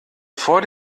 vor